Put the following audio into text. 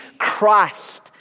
Christ